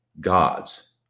gods